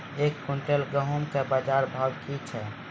एक क्विंटल गेहूँ के बाजार भाव की छ?